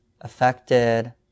affected